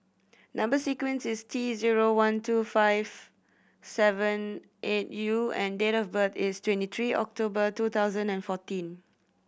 number sequence is T zero one two five seven eight U and date of birth is twenty three October two thousand and fourteen